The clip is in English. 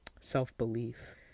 self-belief